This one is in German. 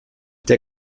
der